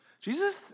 Jesus